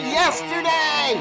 yesterday